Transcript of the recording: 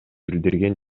билдирген